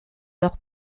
leurs